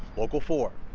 local four.